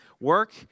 Work